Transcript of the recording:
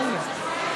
מה זה?